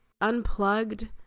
unplugged